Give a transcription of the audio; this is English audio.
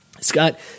Scott